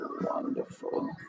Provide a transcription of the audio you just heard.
wonderful